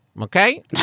Okay